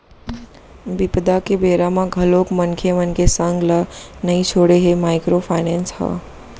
बिपदा के बेरा म घलोक मनखे मन के संग ल नइ छोड़े हे माइक्रो फायनेंस ह